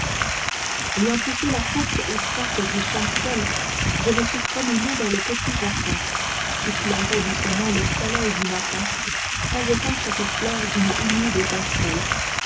ayant poussé la porte étroite qui chancelle je me suis promené dans le petit jardin qu'éclairait doucement le soleil du matin pailletant chaque fleur d'une humide étincelle